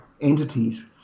entities